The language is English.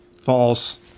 False